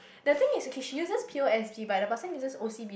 the thing is okay she uses P_O_S_B but the person uses O_C_B